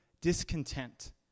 discontent